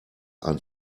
ein